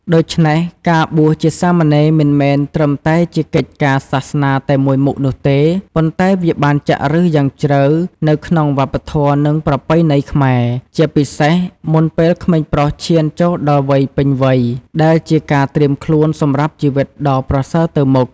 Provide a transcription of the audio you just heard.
ដូច្នេះ ការបួសជាសាមណេរមិនមែនត្រឹមតែជាកិច្ចការសាសនាតែមួយមុខនោះទេ ប៉ុន្តែវាបានចាក់ឫសយ៉ាងជ្រៅនៅក្នុងវប្បធម៌ និងប្រពៃណីខ្មែរ ជាពិសេសមុនពេលក្មេងប្រុសឈានចូលដល់វ័យពេញវ័យ ដែលជាការត្រៀមខ្លួនសម្រាប់ជីវិតដ៏ប្រសើរទៅមុខ។